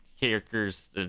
characters